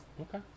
Okay